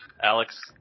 Alex